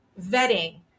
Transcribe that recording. vetting